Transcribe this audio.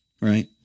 right